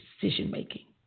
decision-making